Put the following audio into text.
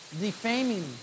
defaming